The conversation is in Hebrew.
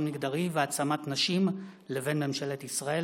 מגדרי והעצמת נשים לבין ממשלת ישראל.